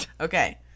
Okay